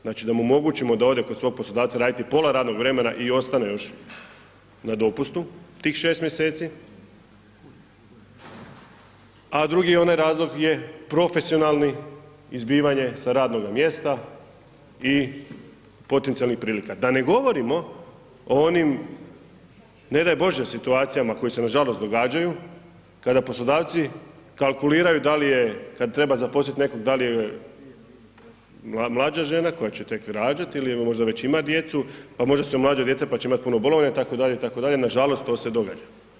Znači da mu omogućimo da ode kod svog poslodavca raditi pola radnog vremena i ostane još na dopustu tih 6 mjeseci, a drugi onaj razlog je profesionalni, izbivanje sa radnoga mjesta i potencijalnih prilika, da ne govorimo o onim ne daj Bože situacijama koje se nažalost događaju, kada poslodavci kalkuliraju da li je, kad treba zaposliti nekoga da li mlađa žena koja će tek rađati ili je možda već ima djecu, pa možda su mlađa djeca pa će imati puno bolovanja itd., itd., nažalost to se događa.